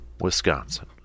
Wisconsin